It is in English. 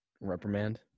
reprimand